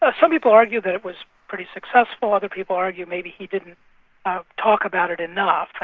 ah some people argue that it was pretty successful, other people argue maybe he didn't ah talk about it enough,